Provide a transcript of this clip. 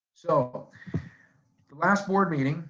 so the last board meeting,